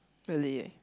really